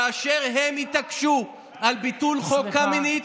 כאשר הם התעקשו על ביטול חוק קמיניץ,